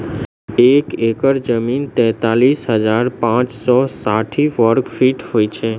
एक एकड़ जमीन तैँतालिस हजार पाँच सौ साठि वर्गफीट होइ छै